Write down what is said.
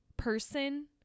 person